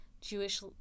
Jewish